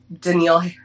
Danielle